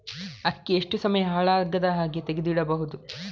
ಅಕ್ಕಿಯನ್ನು ಎಷ್ಟು ಸಮಯ ಹಾಳಾಗದಹಾಗೆ ತೆಗೆದು ಇಡಬಹುದು?